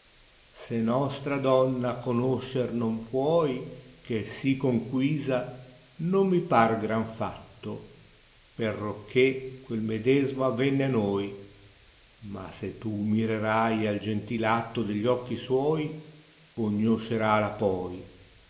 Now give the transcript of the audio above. se nostra dònna conoscer non puoi gh'è si conquisa non mi par gran fattoj perocché quel medesmo avvene a noi ma se tu mirerai al gentil atto degli occhi suoi cognoscerala poi